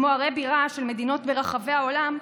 כמו ערי בירה של מדינות ברחבי העולם,